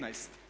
15.